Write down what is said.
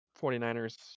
49ers